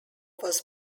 was